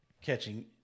catching